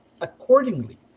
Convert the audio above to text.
accordingly